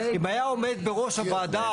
אם היה עומד בראש הוועדה